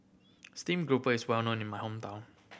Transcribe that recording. stream grouper is well known in my hometown